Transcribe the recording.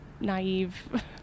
naive